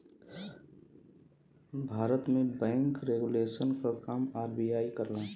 भारत में bank regulation क काम आर.बी.आई करला